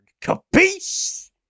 Capisce